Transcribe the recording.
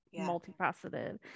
multifaceted